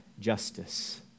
justice